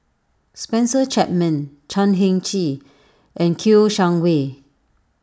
Spencer Chapman Chan Heng Chee and Kouo Shang Wei